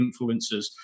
influencers